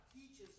teaches